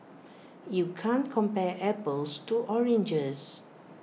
you can't compare apples to oranges